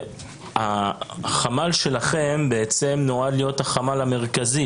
החמ"ל שלכם נועד להיות החמ"ל המרכזי,